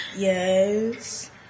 Yes